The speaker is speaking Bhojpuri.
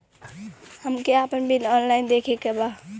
हमे आपन बिल ऑनलाइन देखे के बा?